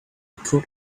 could